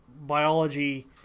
biology